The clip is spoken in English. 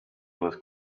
was